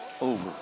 over